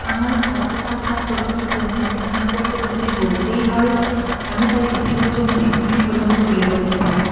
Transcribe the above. আমার ছাদে থাকা প্রথম পণ্যটি সম্পর্কে যদি বলতেই হয় আমি তার ইতিবাচক দিকগুলি প্রথমে তুলে ধরতে পারি